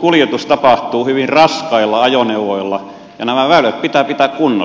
kuljetus tapahtuu hyvin raskailla ajoneuvoilla ja nämä väylät pitää pitää kunnossa